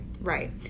Right